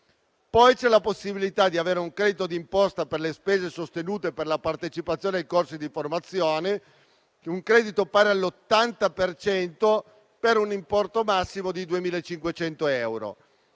vi è la possibilità di avere un credito d'imposta per le spese sostenute per la partecipazione ai corsi di formazione pari all'80 per cento, per un importo massimo di 2.500 euro.